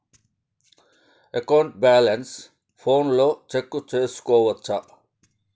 account balance ఫోనులో check సేసుకోవచ్చా